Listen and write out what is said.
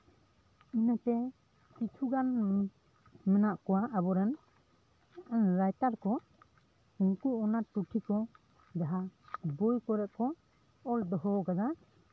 ᱤᱱᱟᱹᱛᱮ ᱠᱤᱪᱷᱩ ᱜᱟᱱ ᱢᱮᱱᱟᱜ ᱠᱚᱣᱟ ᱟᱵᱚᱨᱮᱱ ᱨᱟᱭᱴᱟᱨ ᱠᱚ ᱩᱱᱠᱩ ᱚᱱᱟ ᱴᱩᱴᱷᱤ ᱠᱚ ᱡᱟᱦᱟᱸ ᱵᱳᱭ ᱠᱚᱨᱮ ᱠᱚ ᱚᱞ ᱫᱚᱦᱚ ᱠᱟᱫᱟ